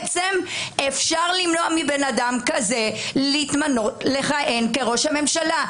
אפשר למנוע מאדם כזה לכהן כראש הממשלה.